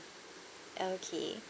okay